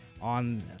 on